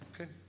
okay